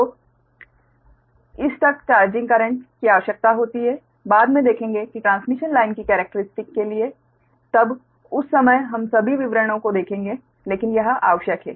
तो इस तक चार्जिंग करंट की आवश्यकता होती है बाद में देखेंगे कि ट्रांसमिशन लाइन की केरेक्टरीस्टिक के लिए तब उस समय हम सभी विवरणों को देखेंगे लेकिन यह आवश्यक है